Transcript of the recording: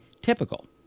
typical